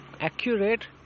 accurate